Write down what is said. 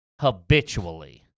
habitually